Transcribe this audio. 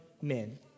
men